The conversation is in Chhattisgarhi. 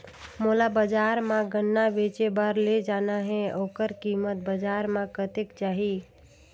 मोला बजार मां गन्ना बेचे बार ले जाना हे ओकर कीमत बजार मां कतेक जाही?